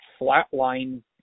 flatline